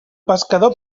pescador